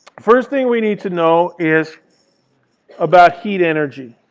first thing we need to know is about heat energy.